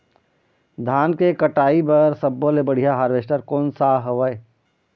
धान के कटाई बर सब्बो ले बढ़िया हारवेस्ट कोन सा हवए?